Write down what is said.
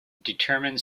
determined